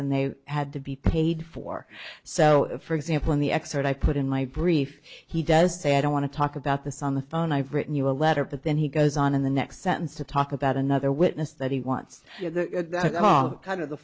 and they had to be paid for so for example in the expert i put in my brief he does say i don't want to talk about this on the phone i've written you a letter but then he goes on in the next sentence to talk about another witness that he wants kind of the